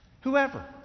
Whoever